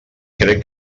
crec